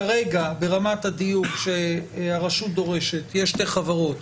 כרגע ברמת הדיוק שהרשות דורשת יש שתי חברות,